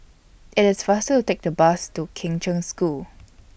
IT IS faster to Take The Bus to Kheng Cheng School